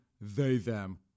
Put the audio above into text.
they-them